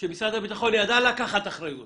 שמשרד הביטחון ידע לקחת אחריות